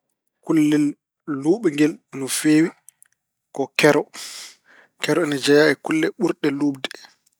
Kullel luuɓngel no feewi ko kero. Kero ina jeyaa e kulle burɗe luuɓde.